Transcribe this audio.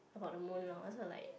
about the moon loh so I'm like